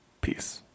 Peace